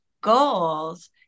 goals